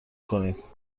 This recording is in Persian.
کنید